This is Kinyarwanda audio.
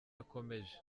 akomeje